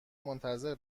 منتظر